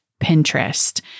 Pinterest